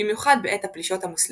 במיוחד בעת הפלישות המוסלמיות.